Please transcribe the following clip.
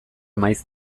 maiz